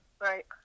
right